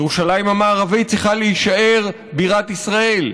ירושלים המערבית צריכה להישאר בירת ישראל,